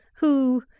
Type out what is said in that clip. who,